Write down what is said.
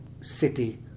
city